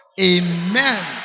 Amen